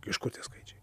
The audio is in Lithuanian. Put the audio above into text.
iš kur tie skaičiai